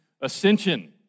ascension